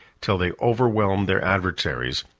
till they overwhelmed their adversaries,